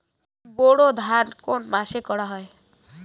বোরো ধান কোন মাসে করা হয়?